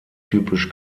typisch